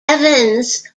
evans